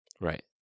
Right